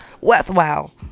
worthwhile